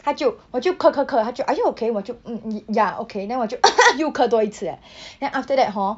他就我就咳咳咳他就 are you okay 我就 mm mm y~ ya okay then 我就 又咳多一次 eh then after that hor